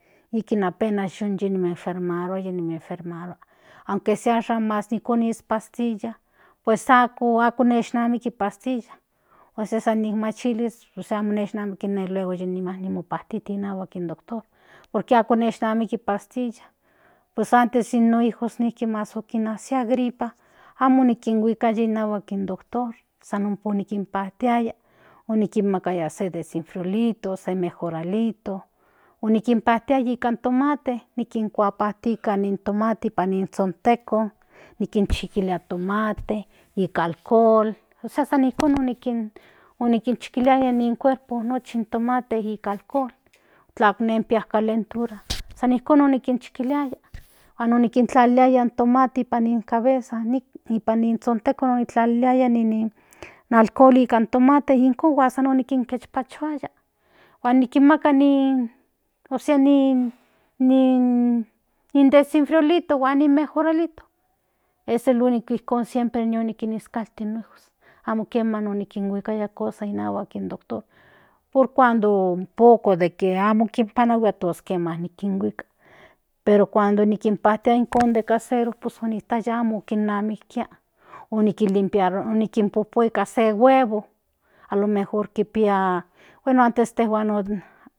Ikin apenas omoenfermaruaya aunque sea okoni in pastilla pues akokinamiki in pastilla ósea ni machilis onkpajtijti nika in doctor por que amo neshnamiki in pastilla pues antes in nohijos de kien asi gripa amo nikuikaya inahuak in doctor san omopajtiua onimakaya se desenfriolito mejoralito onipjtiaya nika tomate nikin kuajti nika in tomate nipan ni zhonteon nikinchikilia ytomate nika alcohol ósea san nijkon onikinchiliaya nipan ni cuerpo nochi in tomate nika alcohol tla nekpia calentura san ijkon okinchikiliaya huan onikintlaliliaya in tomate nipan ni cabeza nipan ni zhontekon onikintlaliliaya in alcohol nikan tomate ijkon san nikipachuaya huan nikinmaka nin ósea nin desinfriolito huan nin mejoralito es el único ijkon ine nikiskalti no hijos amo kiema anokihuikaya nika in doctor por cuando poco de kua amo kinpanahua os kiema yikinhuika pero cuando pajtiaya ijkon san de casero onimatiaya amo kinamitia onikinpopu nika se huevo alo mejor kipia bueno antes ijkon intejuan.